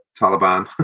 Taliban